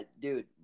dude